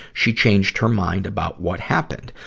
she changed her mind about what happened.